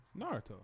Naruto